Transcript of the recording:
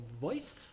voice